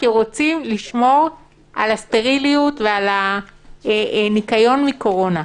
כי רוצים לשמור על הסטריליות ועל הניקיון מקורונה.